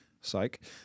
Psych